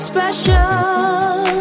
Special